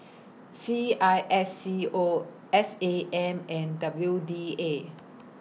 C I S C O S A M and W D A